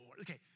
Okay